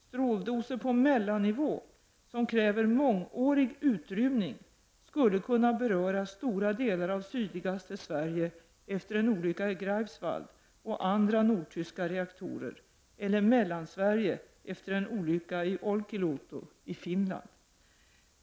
Stråldoser på mellannivå, som kräver mångårig utrymning, skulle kunna beröra stora delar av sydligaste Sverige efter en olycka i Greifswald och andra nordtyska reaktorer eller Mellansverige efter en olycka i Olkiluoto i Finland.